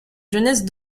jeunesse